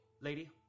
Lady